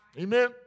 amen